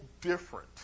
different